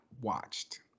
watched